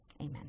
amen